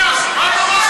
מה אני עושה?